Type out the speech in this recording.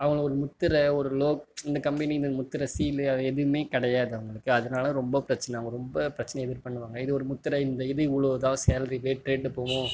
அவங்க ஒரு முத்திரை ஒரு லோ இந்த கம்பெனி இந்த முத்திரை சீலு அது எதுவுமே கிடையாது அவங்களுக்கு அதனால ரொம்ப பிரச்சனை அவங்க ரொம்ப பிரச்சனைய இது பண்ணுவாங்க இது ஒரு முத்திரை இந்த இது இவ்வளோ இதாக சேலரி ரேட் ரேட்டு போகும்